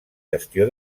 gestió